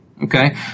Okay